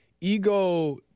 ego